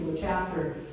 chapter